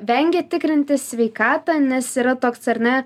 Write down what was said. vengia tikrintis sveikatą nes yra toks ar ne